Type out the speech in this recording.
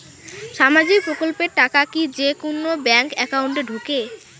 সামাজিক প্রকল্পের টাকা কি যে কুনো ব্যাংক একাউন্টে ঢুকে?